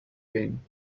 cane